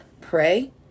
Pray